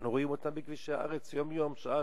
אנחנו רואים אותם בכבישי הארץ יום-יום, שעה-שעה.